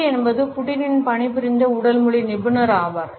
B என்பது புடினுடன் பணிபுரிந்த உடல் மொழி நிபுணர் ஆவார்